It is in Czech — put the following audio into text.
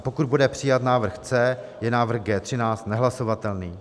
pokud bude přijat návrh C, je návrh G13 nehlasovatelný.